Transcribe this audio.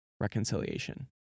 reconciliation